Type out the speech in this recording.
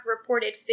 reported